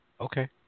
Okay